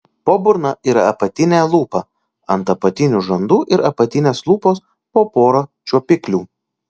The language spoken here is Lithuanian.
po burna yra apatinė lūpa ant apatinių žandų ir apatinės lūpos po porą čiuopiklių